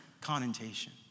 connotation